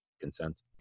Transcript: consent